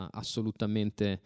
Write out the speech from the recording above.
assolutamente